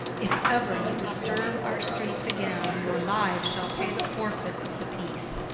if ever you disturb our streets again, your lives shall pay the forfeit of the peace.